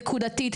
נקודתית,